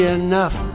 enough